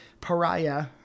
pariah